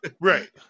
right